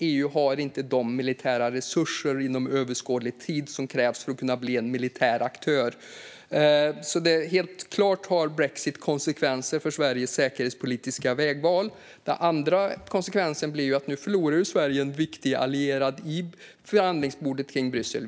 EU har inte de militära resurser inom överskådlig tid som krävs för att kunna bli en militär aktör. Helt klart får brexit alltså konsekvenser för Sveriges säkerhetspolitiska vägval. En annan konsekvens blir att Sverige nu förlorar en viktig allierad vid förhandlingsbordet i Bryssel.